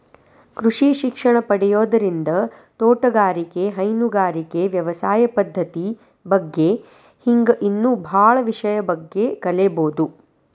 ಕೃಷಿ ಶಿಕ್ಷಣ ಪಡಿಯೋದ್ರಿಂದ ತೋಟಗಾರಿಕೆ, ಹೈನುಗಾರಿಕೆ, ವ್ಯವಸಾಯ ಪದ್ದತಿ ಬಗ್ಗೆ ಹಿಂಗ್ ಇನ್ನೂ ಬಾಳ ವಿಷಯಗಳ ಬಗ್ಗೆ ಕಲೇಬೋದು